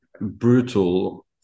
brutal